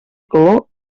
color